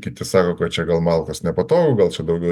kiti sako kad čia gal malkas nepatogu gal čia daugiau